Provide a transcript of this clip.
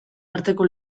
arteko